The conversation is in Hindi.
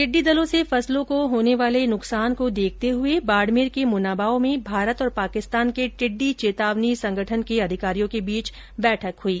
टिड्डी दलों से फसलों को होने वाले नुकसान को देखते हुए बाडमेर के मुनाबाव में भारत और पाकिस्तान के टिड़डी चेतावनी संघटन के अधिकारियों के बीच बैठक हुई